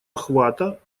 охвата